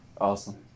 Awesome